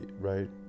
right